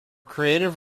creative